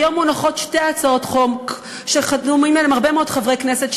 היום מונחות שתי הצעות חוק שחתומים עליהן הרבה מאוד חברי כנסת.